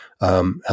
help